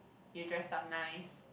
you dressed up nice